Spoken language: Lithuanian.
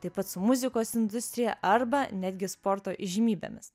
taip pat su muzikos industrija arba netgi sporto įžymybėmis